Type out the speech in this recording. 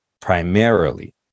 primarily